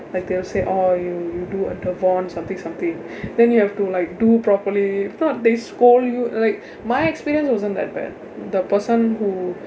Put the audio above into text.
like they'll say oh you you do a something something then you have to like do properly if not they scold you like my experience wasn't that but the person who